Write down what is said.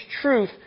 truth